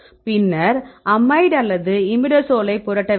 பின்னர் அமைட் அல்லது இமிடாசோலைப் புரட்ட வேண்டும்